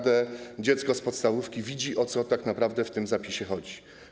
Dziecko z podstawówki widzi, o co tak naprawdę w tym zapisie chodzi.